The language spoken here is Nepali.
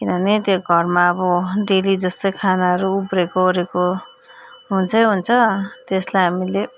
किनभने त्यो घरमा अब डेली जस्तो चाहिँ खानाहरू उब्रिएको ओरेको हुन्छै हुन्छ त्यसलाई हामीले